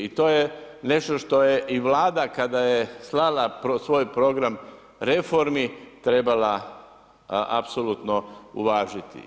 I to je nešto što je i Vlada kad je slala svoj program reformi trebala apsolutno uvažiti.